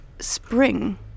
spring